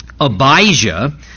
Abijah